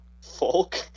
Folk